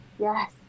Yes